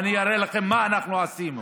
ואני אראה לכם מה אנחנו עשינו,